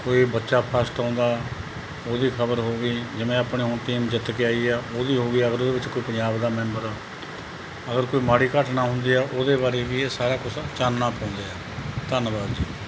ਕੋਈ ਬੱਚਾ ਫਸਟ ਆਉਂਦਾ ਉਹਦੀ ਖ਼ਬਰ ਹੋ ਗਈ ਜਿਵੇਂ ਆਪਣੇ ਹੁਣ ਟੀਮ ਜਿੱਤ ਕੇ ਆਈ ਆ ਉਹਦੀ ਹੋ ਗਈ ਅਗਰ ਉਹਦੇ ਵਿੱਚ ਕੋਈ ਪੰਜਾਬ ਦਾ ਮੈਂਬਰ ਅਗਰ ਕੋਈ ਮਾੜੀ ਘਟਨਾ ਹੁੰਦੀ ਆ ਉਹਦੇ ਬਾਰੇ ਵੀ ਇਹ ਸਾਰਾ ਕੁਛ ਚਾਨਣਾਂ ਪਾਉਂਦੇ ਆ ਧੰਨਵਾਦ ਜੀ